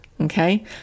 okay